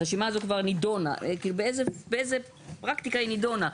הרשימה הזאת כבר נדונה, באיזה פרקטיקה היא נדונה?